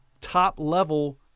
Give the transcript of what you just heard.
top-level